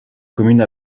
commune